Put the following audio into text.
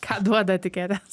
ką duoda etiketės